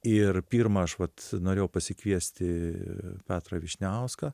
ir pirma aš vat norėjau pasikviesti petrą vyšniauską